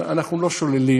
אנחנו לא שוללים